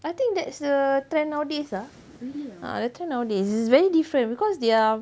I think that's the trend nowadays ah the trend nowadays it's very different because they are